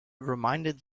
reminded